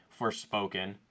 Forspoken